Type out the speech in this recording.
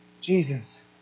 Jesus